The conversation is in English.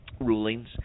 rulings